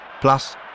plus